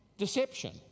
Deception